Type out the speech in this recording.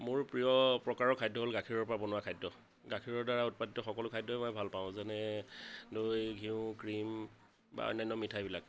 মোৰ প্ৰিয় প্ৰকাৰৰ খাদ্য হ'ল গাখীৰৰ পৰা বনোৱা খাদ্য গাখীৰৰ দ্বাৰা উৎপাদিত সকলো খাদ্যই মই ভাল পাওঁ যেনে দৈ ঘিঁউ ক্ৰীম বা অন্যান্য মিঠাইবিলাক